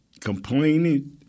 Complaining